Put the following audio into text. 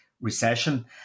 recession